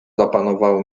zapanowało